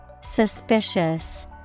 Suspicious